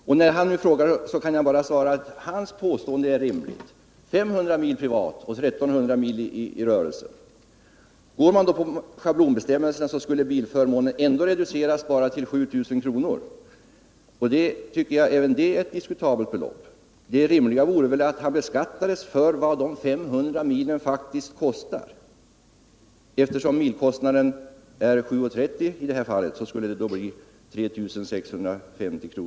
På den här mannens fråga kan jag bara svara att hans påstående är rimligt: 500 mil privat och 1 300 mil i rörelsen. Enligt schablonbestämmelsen skulle bilförmånen ändå inte reduceras mer än till 7000 kr. Jag tycker att även det är ett diskutabelt belopp. Det rimliga vore väl att han beskattades för vad de 500 milen faktiskt kostar. Eftersom milkostnaden är 7:30 kr. i det här fallet skulle beloppet bli 3 650 kr.